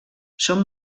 són